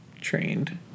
trained